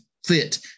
fit